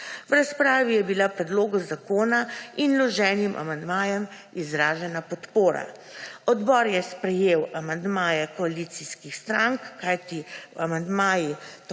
V razpravi je bila k predlog zakona in vloženim amandmajem izražena podpora. Odbor je sprejel amandmaje koalicijskih strank, kajti amandmaji tako